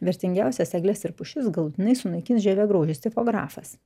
vertingiausias egles ir pušis galutinai sunaikins žievėgraužis tipografas